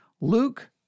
Luke